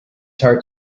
heart